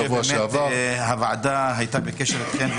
שעבר ---- הוועדה באמת הייתה בקשר איתכם.